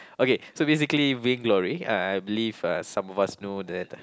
okay so basically Vainglory uh I believe uh some of us know that